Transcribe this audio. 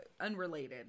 unrelated